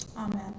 Amen